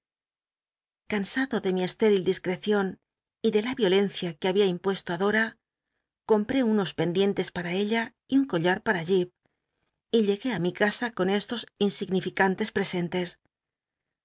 cansado de mi estéril discrecion y de la iolencia que babia impuesto i dora compré unos pendientes para ella y un collar para jip y llegué i mi casa con estos insignificantes presentes